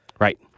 Right